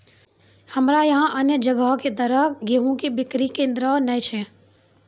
हमरा यहाँ अन्य जगह की तरह गेहूँ के बिक्री केन्द्रऽक नैय छैय?